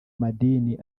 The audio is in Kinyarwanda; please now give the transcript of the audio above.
madini